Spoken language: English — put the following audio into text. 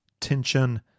tension